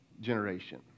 generation